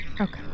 Okay